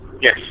Yes